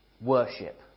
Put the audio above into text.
Worship